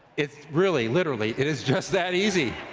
it's really literally it is just that easy.